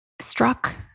struck